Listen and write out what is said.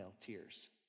tears